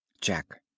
Jack